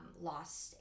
lost